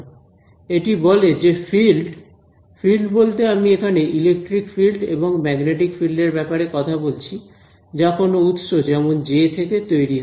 এটি বলে যে ফিল্ড ফিল্ড বলতে আমি এখানে ইলেকট্রিক ফিল্ড এবং ম্যাগনেটিক ফিল্ড এর ব্যাপারে কথা বলছি যা কোন উৎস যেমন জে থেকে তৈরি হয়